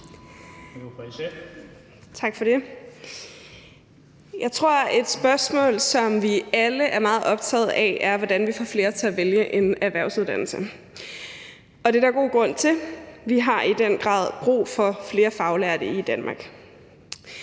Jeg tror, at et spørgsmål, som vi alle er meget optagede af, er, hvordan vi får flere til at vælge en erhvervsuddannelse, og det er der god grund til. Vi har i den grad brug for flere faglærte i Danmark.